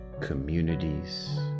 communities